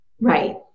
Right